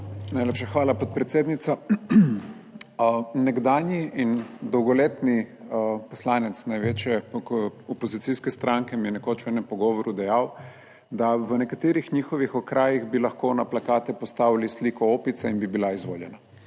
Najlepša hvala, podpredsednica. Nekdanji in dolgoletni poslanec največje opozicijske stranke mi je nekoč v enem pogovoru dejal, da v nekaterih njihovih okrajih bi lahko na plakate postavili sliko opice in bi bila izvoljena.